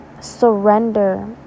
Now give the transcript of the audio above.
surrender